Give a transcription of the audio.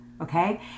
Okay